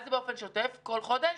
בכל חודש?